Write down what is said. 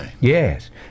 Yes